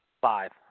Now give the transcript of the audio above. Five